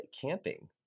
Camping